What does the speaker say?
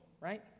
right